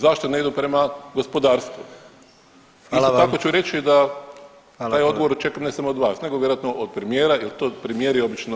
Zašto ne idu prema gospodarstvu? [[Upadica predsjednik: Hvala vam.]] Isto tako ću reći da taj odgovor [[Upadica predsjednik: Hvala vam.]] očekujem ne samo od vas nego vjerojatno od premijera jel to premijeri obično